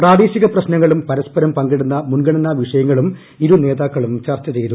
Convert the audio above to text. പ്രാദേശിക പ്രശ്നങ്ങളും പരസ്പരം പങ്കിടുന്ന മുൻഗണനാ വിഷയങ്ങളും ഇരുനേതാക്കളും ചർച്ച ചെയ്തു